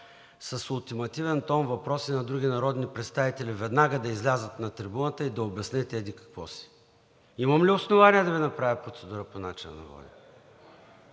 с ултимативен тон въпроси на други народни представители веднага да излязат на трибуната и да обяснят еди-какво си? Имам ли основание да Ви направя процедура по начина на водене?